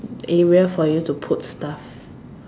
area for you to put stuff